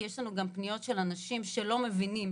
כי יש פניות של אנשים שלא מבינים,